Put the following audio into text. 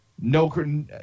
No